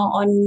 on